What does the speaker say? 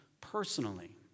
personally